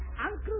Uncle